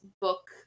book